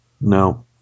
No